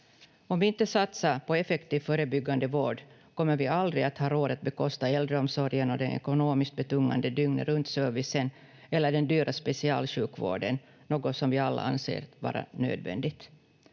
Om vi inte satsar på effektiv förebyggande vård kommer vi aldrig att ha råd att bekosta äldreomsorgen och den ekonomiskt betungande dygnetruntservicen eller den dyra specialsjukvården — något som vi alla anser vara nödvändigt.